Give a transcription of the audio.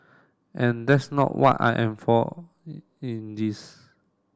and that's not what I am for in this